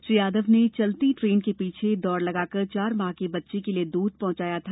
श्री यादव ने चलती ट्रेन के पीछे दौड़ लगाकर चार माह की बच्ची के लिये दूध पहुंचाया था